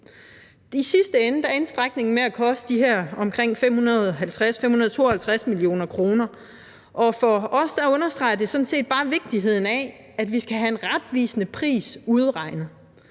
Enhedslisten. Strækningen endte med at koste de her omkring 550-552 mio. kr., og for os understreger det sådan set bare vigtigheden af, at vi skal have en retvisende pris udregnet